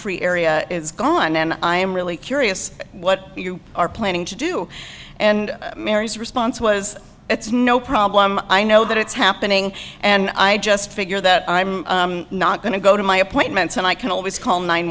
free area is gone and i am really curious what you are planning to do and mary's response was it's no problem i know that it's happening and i just figure that i'm not going to go to my appointments and i can always call nine